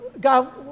God